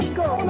go